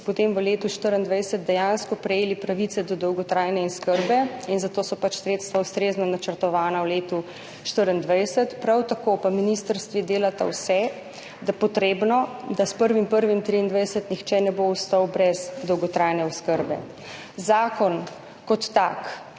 potem v letu 2024 dejansko prejeli pravice do dolgotrajne oskrbe. Zato so pač sredstva ustrezno načrtovana v letu 2024. Prav tako pa ministrstvi delata vse potrebno, da s 1. 1. 2023 nihče ne bo ostal brez dolgotrajne oskrbe. Zakon kot tak